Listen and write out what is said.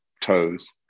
toes